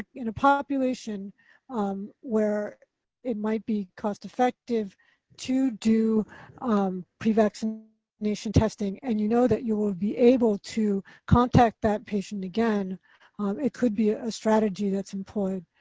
in a population um where it might be cost effective to do um pre-vaccination and testing and you know that you will be able to contact that patient again it could be ah a strategy that's employed.